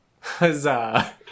Huzzah